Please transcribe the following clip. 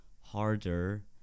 harder